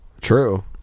True